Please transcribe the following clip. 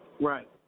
Right